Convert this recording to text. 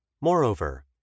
Moreover